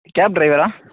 gap ட்ரைவரா